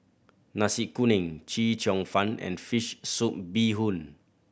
Nasi Kuning Chee Cheong Fun and fish soup bee hoon